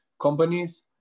companies